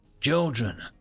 Children